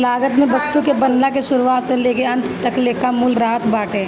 लागत में वस्तु के बनला के शुरुआत से लेके अंत तकले कअ मूल्य रहत बाटे